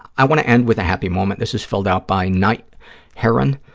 i want to end with a happy moment. this is filled out by night heron,